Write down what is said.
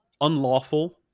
unlawful